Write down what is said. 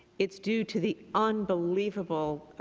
it's due to the unbelievable,